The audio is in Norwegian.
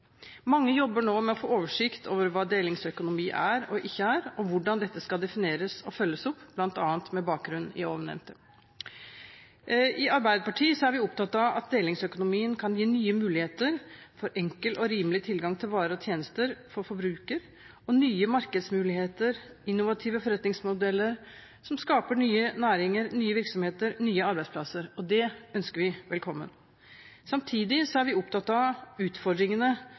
Mange jobber nå med å få oversikt over hva delingsøkonomi er og ikke er, og hvordan dette skal defineres og følges opp, bl.a. med bakgrunn i ovennevnte. I Arbeiderpartiet er vi opptatt av at delingsøkonomien kan gi nye muligheter for enkel og rimelig tilgang til varer og tjenester for forbruker og nye markedsmuligheter, innovative forretningsmodeller som skaper nye næringer, nye virksomheter, nye arbeidsplasser. Det ønsker vi velkommen. Samtidig er vi opptatt av utfordringene